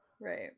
Right